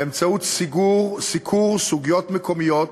באמצעות סיקור סוגיות מקומיות